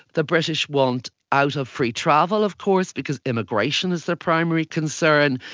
the british want out of free travel of course because immigration is their primary concern,